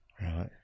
Right